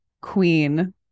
queen